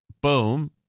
Boom